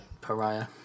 pariah